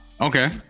Okay